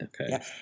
Okay